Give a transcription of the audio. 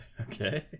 Okay